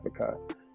Africa